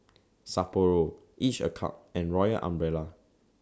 Sapporo Each A Cup and Royal Umbrella